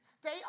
Stay